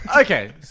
Okay